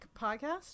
podcast